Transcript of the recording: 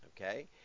Okay